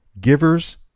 givers